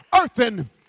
earthen